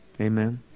Amen